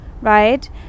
Right